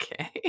Okay